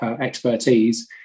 expertise